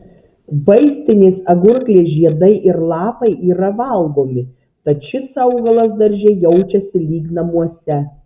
vaistinės agurklės žiedai ir lapai yra valgomi tad šis augalas darže jaučiasi lyg namuose